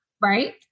Right